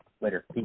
Later